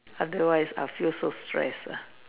otherwise I'll feel so stressed lah